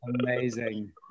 Amazing